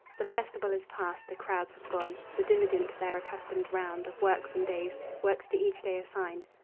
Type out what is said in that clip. the festival is past. the crowds have gone, the diligent to their accustomed round of works and days, works to each day assigned,